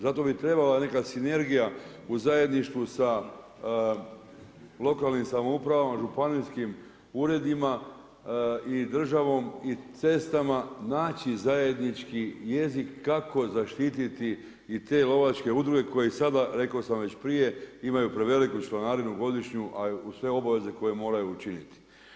Zato bi trebala neka sinergija u zajedništvu sa lokalnim samoupravama, županijskim uredima i državom i cestama naći zajednički jezik kako zaštititi i te lovačke udruge koji sada rekao sam već prije imaju preveliku članarinu godišnju, a uz sve obaveze koje moraju učiniti.